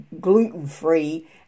gluten-free